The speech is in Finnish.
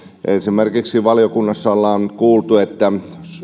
esimerkiksi valiokunnassa ollaan kuultu että